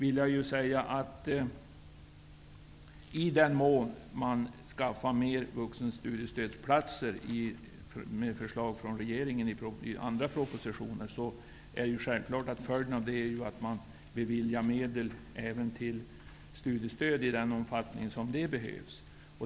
I den mån man inrättar flera vuxenstudiestödsplatser genom förslag från regeringen i andra propositioner, är följden självfallet att man beviljar medel även till studiestöd i den omfattning som det behövs.